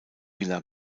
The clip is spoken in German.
villa